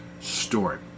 story